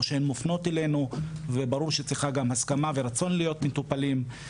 או שהן מופנות אלינו וברור שצריכה להיות גם הסכמה ורצון להיות מטופלים.